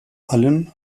allem